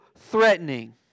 threatening